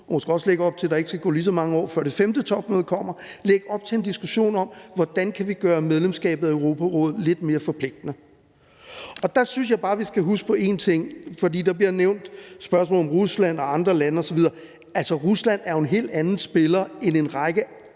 måske også lægge op til, at der ikke skal gå lige så mange år, før det femte topmøde kommer – hvordan vi kan gøre medlemskabet af Europarådet lidt mere forpligtende. Der synes jeg bare, vi skal huske på én ting, for spørgsmålet om Rusland, andre lande osv. bliver nævnt, og det er, at Rusland jo er en helt anden spiller end en række